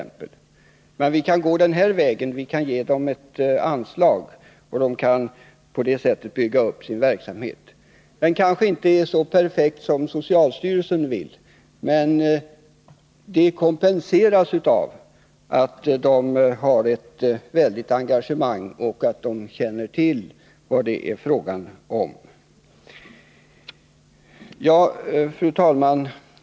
Men vi kan gå den här vägen, genom att ge dem ett anslag, så att de på så sätt kan bygga upp sin verksamhet. Den kanske inte är så perfekt som socialstyrelsen vill, men det kompenseras av att Länkarna har ett stort engagemang och att de känner till vad det är fråga om. Fru talman!